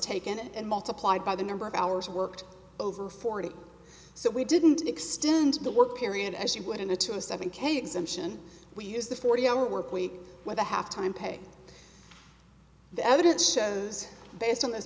taken and multiplied by the number of hours worked over forty so we didn't extend the work period as you would in a to a seven k exemption we use the forty hour work week with a half time pay the evidence shows based on th